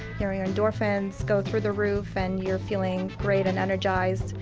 your your endorphins go through the roof and you're feeling great and energized.